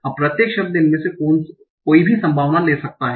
अब प्रत्येक शब्द इनमें से कोई भी संभावना ले सकता है